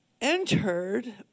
entered